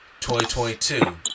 2022